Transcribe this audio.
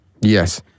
Yes